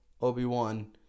Obi-Wan